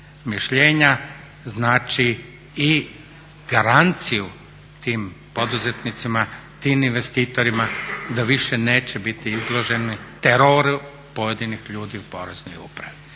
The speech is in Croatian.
mišljenja znači i garanciju tim poduzetnicima, tim investitorima da više neće biti izloženi teroru pojedinih ljudi u Poreznoj upravi.